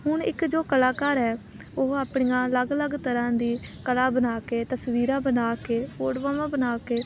ਹੁਣ ਇੱਕ ਜੋ ਕਲਾਕਾਰ ਹੈ ਉਹ ਆਪਣੀਆਂ ਅਲੱਗ ਅਲੱਗ ਤਰ੍ਹਾਂ ਦੀ ਕਲਾ ਬਣਾ ਕੇ ਤਸਵੀਰਾਂ ਬਣਾ ਕੇ ਫੋਟੋਵਾਵਾਂ ਬਣਾ ਕੇ